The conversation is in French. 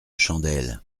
chandelle